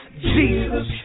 Jesus